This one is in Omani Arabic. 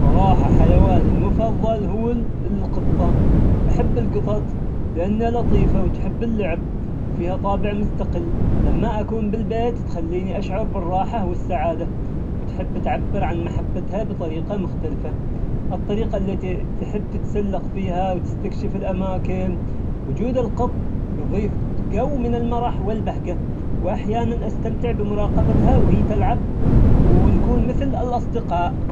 صراحة حيواني المفظل هو القطة، أحب القطط لأنها لطيفة وتحب اللعب، وفيها طابع مستقل. لما أكون بالبيت تخليني أشعر بالراحة والسعادة، وتحب تعبر عن محبتها بطريقة مختلفة. الطريقة التي تحب تتسلق فيها وتستكشف الأماكن، وجود القط يظيف ج- جو من المرح والبهجة، وأحيانا أستمتع بمراقبتها وهي تلعب ونكون مثل الأصدقاء.